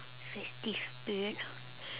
fifty spirit